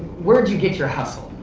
where did you get your hustle?